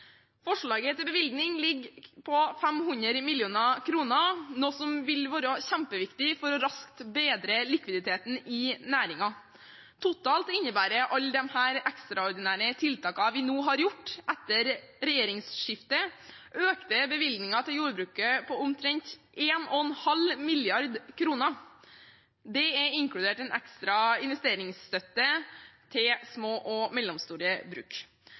Forslaget til bevilgning ligger på 500 mill. kr, noe som vil være kjempeviktig for raskt å bedre likviditeten i næringen. Totalt innebærer alle disse ekstraordinære tiltakene vi har gjort nå, etter regjeringsskiftet, økte bevilgninger til jordbruket på omtrent 1,5 mrd. kr – det er inkludert en ekstra investeringsstøtte til små og mellomstore bruk.